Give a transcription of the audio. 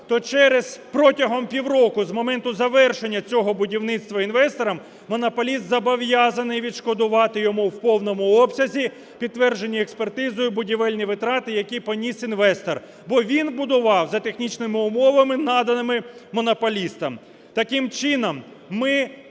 то протягом півроку з моменту завершення цього будівництва інвестором монополіст зобов'язаний відшкодувати йому в повному обсязі підтверджені експертизою будівельні витрати, які поніс інвестор, бо він будував за технічними умовами, наданими монополістом. Таким чином, ми